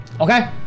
Okay